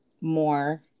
more